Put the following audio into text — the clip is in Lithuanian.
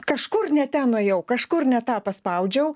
kažkur ne ten nuėjau kažkur ne tą paspaudžiau